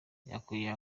yakwiga